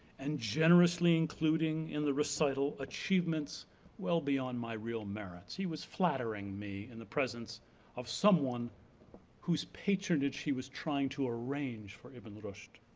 and generously including in the recital achievements well beyond my real merits, he was flattering me in the presence of someone who's patronage he was trying to arrange for ibn rushd.